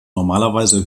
normalerweise